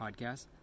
podcast